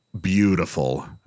beautiful